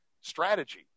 strategy